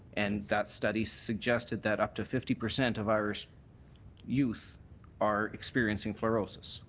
and that study suggested that up to fifty percent of irish youth are experiencing fluorosis.